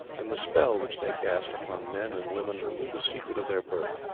and the spell which they cast upon men and women who knew the secret of their birth